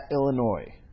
Illinois